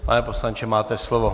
Pane poslanče, máte slovo.